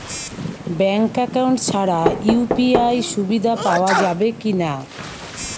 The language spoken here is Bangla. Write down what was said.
ব্যাঙ্ক অ্যাকাউন্ট ছাড়া ইউ.পি.আই সুবিধা পাওয়া যাবে কি না?